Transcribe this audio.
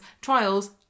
trials